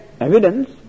evidence